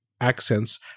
accents